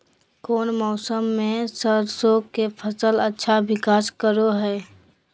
कौन मौसम मैं सरसों के फसल अच्छा विकास करो हय?